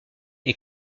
est